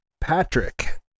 Patrick